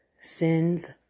sins